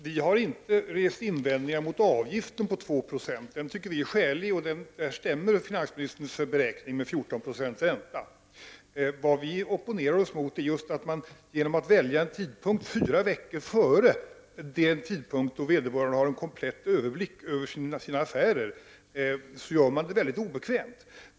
Herr talman! Vi har inte rest invändningar mot avgiften på 296. Den tycker vi är skälig. Finansministerns beräkning stämmer om räntan är 14 96. Vad vi opponerar oss mot är att regeringen, genom att välja en tidpunkt som ligger fyra veckor före den tidpunkt då vederbörande har en komplett överblick över sina affärer, gör det mycket obekvämt för människor.